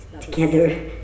together